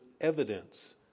evidence